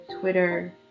Twitter